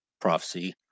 prophecy